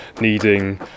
needing